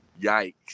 yikes